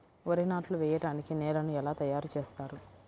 వరి నాట్లు వేయటానికి నేలను ఎలా తయారు చేస్తారు?